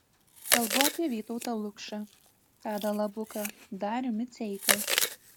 kalbu apie vytautą lukšą tadą labuką darių miceiką